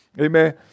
Amen